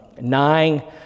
nine